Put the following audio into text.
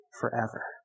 forever